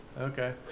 Okay